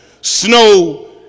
snow